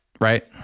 right